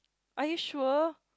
are you sure